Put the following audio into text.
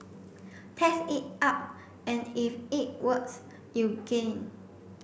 test it out and if it works you gain